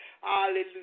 Hallelujah